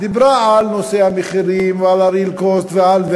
שדיברה על נושא המחירים, ועל ה-real cost וכו'.